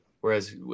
Whereas